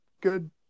good